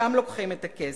משם לוקחים את הכסף.